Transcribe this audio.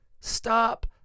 stop